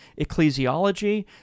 ecclesiology